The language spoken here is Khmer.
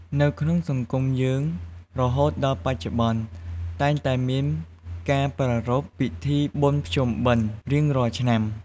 នៅក្នុងសង្គមយើង រហូតដល់បច្ចុប្បន្ន តែងតែមានការប្រារព្ធពិធីបុណ្យភ្ជុំបិណ្យរៀងរាល់ឆ្នាំ។